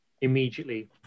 immediately